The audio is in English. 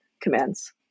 commands